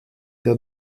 der